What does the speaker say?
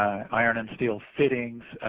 iron and steel fittings,